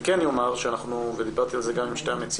אני כן אומר שאנחנו ודיברתי על זה גם עם שתי המציאות